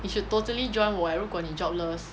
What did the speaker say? you should totally join 我 eh 如果你 jobless